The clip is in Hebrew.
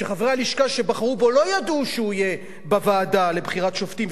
שחברי הלשכה שבחרו בו לא ידעו שהוא יהיה בוועדה לבחירת שופטים,